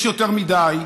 יש יותר מדי,